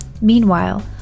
Meanwhile